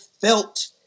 felt